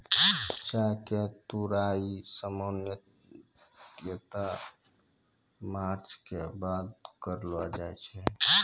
चाय के तुड़ाई सामान्यतया मार्च के बाद करलो जाय छै